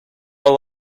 all